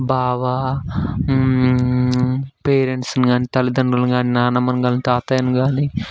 బావ పేరెంట్స్ని కాని తల్లిదండ్రులిని కాని నానమ్మని కాని తాతయ్యని కాని